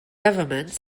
governments